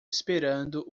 esperando